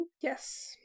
Yes